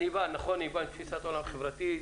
אני בא עם תפיסת עולם חברתית,